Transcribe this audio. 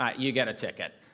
um you get a ticket.